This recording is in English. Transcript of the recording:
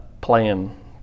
playing